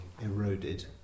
eroded